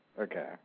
Okay